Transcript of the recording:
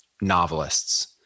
novelists